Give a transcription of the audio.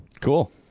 Cool